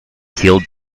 killed